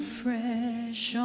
fresh